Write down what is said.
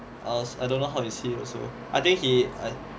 I don't know how is he also I think he I